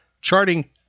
charting